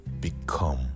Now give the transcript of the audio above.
become